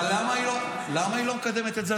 אבל למה היא לא מקדמת את זה?